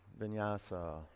Vinyasa